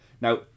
Now